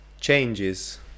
changes